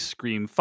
Scream